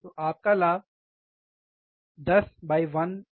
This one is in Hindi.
तो आपका लाभ 10110 है